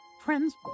friends